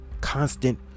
constant